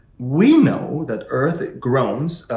we know that earth groans.